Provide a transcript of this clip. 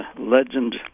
legend